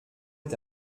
est